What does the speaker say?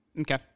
Okay